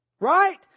Right